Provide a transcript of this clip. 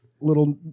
little